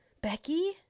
becky